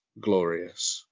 Glorious